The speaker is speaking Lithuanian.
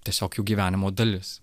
tiesiog jų gyvenimo dalis